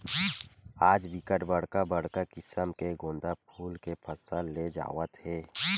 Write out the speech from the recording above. आज बिकट बड़का बड़का किसम के गोंदा फूल के फसल ले जावत हे